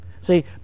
See